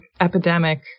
epidemic